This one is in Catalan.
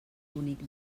bonic